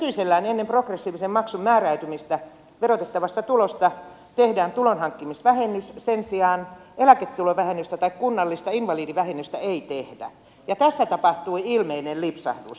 nykyisellään ennen progressiivisen maksun määräytymistä verotettavasta tulosta tehdään tulonhankkimisvähennys sen sijaan eläketulovähennystä tai kunnallista invalidivähennystä ei tehdä ja tässä tapahtui ilmeinen lipsahdus